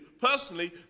personally